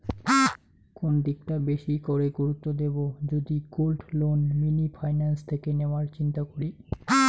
কোন দিকটা বেশি করে গুরুত্ব দেব যদি গোল্ড লোন মিনি ফাইন্যান্স থেকে নেওয়ার চিন্তা করি?